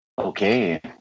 okay